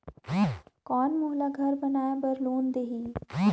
कौन मोला घर बनाय बार लोन देही?